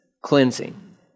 cleansing